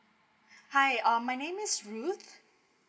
hi um my name is ruth